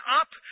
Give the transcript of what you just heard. up